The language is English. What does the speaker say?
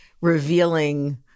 revealing